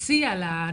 או להציע לנער,